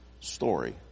Story